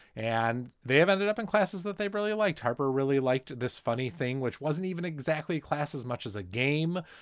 and they have ended up in classes that they really liked. harper really liked this funny thing, which wasn't even exactly class as much as a game,